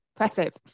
impressive